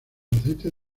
aceites